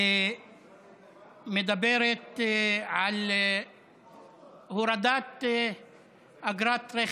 מדברת על הורדת אגרת הרכב.